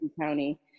County